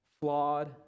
flawed